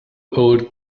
old